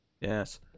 Yes